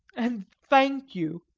and thank you.